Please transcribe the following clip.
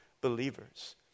believers